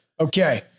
Okay